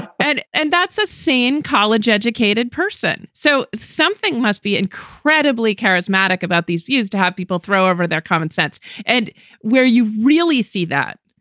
but and that's a same college educated person. so something must be incredibly charismatic about these views to have people throw over their commonsense and where you really see that,